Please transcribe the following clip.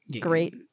great